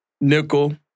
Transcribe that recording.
nickel